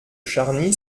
charny